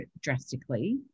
drastically